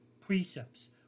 precepts